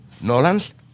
Nolan's